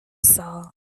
saw